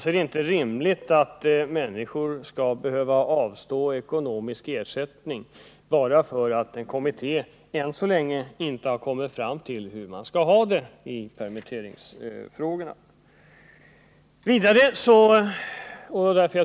Det är inte rimligt att människor skall behöva avstå ekonomisk ersättning bara för att en kommitté än så länge inte har kommit fram till hur man skall ha det i permitteringsfrågorna.